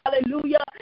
Hallelujah